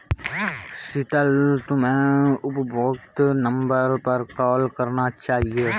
शीतल, तुम्हे उपभोक्ता नंबर पर कॉल करना चाहिए